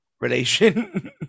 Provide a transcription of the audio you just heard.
relation